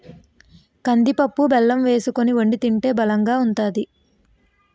కందిపప్పు బెల్లం వేసుకొని వొండి తింటే బలంగా ఉంతాది